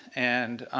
and